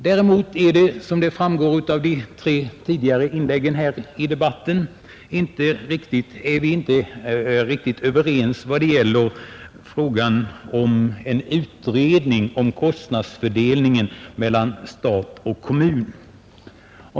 Däremot är vi, som framgår av de tre tidigare inläggen här i debatten, inte riktigt överens vad gäller frågan om en utredning om kostnadsfördelningen mellan stat och kommun.